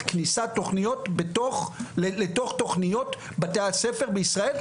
כניסת תוכניות לתוך תוכניות בתי הספר בישראל,